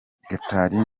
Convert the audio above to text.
gatari